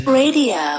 radio